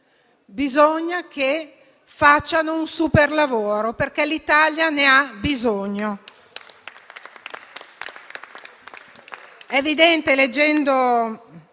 bisogna che facciano un superlavoro, perché l'Italia ne ha bisogno.